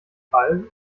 ball